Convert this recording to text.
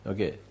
Okay